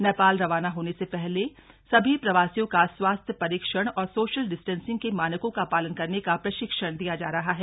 नेपाल रवाना होने से पहले सभी प्रवासियों का स्वास्थ्य परीक्षण और सोशल डिस्टेशिंग के मानकों का पालन करने का प्रशिक्षण दिया जा रहा है